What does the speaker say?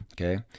Okay